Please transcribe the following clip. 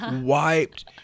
wiped